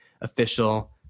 official